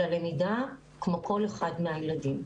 ללמידה כמו כל אחד מהילדים.